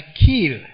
kill